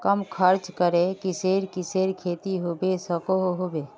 कम खर्च करे किसेर किसेर खेती होबे सकोहो होबे?